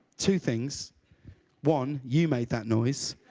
two things one, you made that noise.